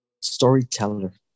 storyteller